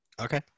Okay